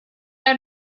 out